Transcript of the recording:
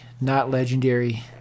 not-legendary